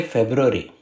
February